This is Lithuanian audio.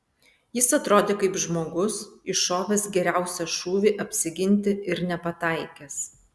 jis atrodė kaip žmogus iššovęs geriausią šūvį apsiginti ir nepataikęs